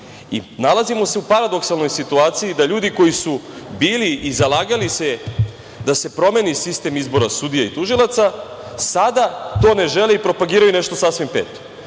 pohvalite. Nalazimo se u paradoksalnoj situaciji da ljudi koji su bili i zalagali se da se promeni sistem izbora sudija i tužilaca, sada to ne žele i propagiraju nešto sasvim peto.